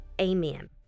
amen